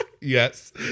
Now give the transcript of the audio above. yes